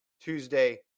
Tuesday